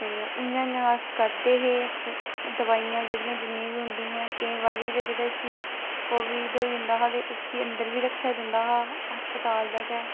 ते उं'आं उं'आं अस करदे हे ते ओह् दवाइयां जेह्ड़ियां बी होंदियां हियां केईं बारी जिसी कोविड होई जंदा हा ते उसी अंदर बी रक्खेआ जंदा हा अस्पताल दे गै